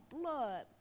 blood